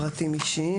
פרטים אישיים,